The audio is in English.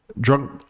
drunk